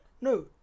No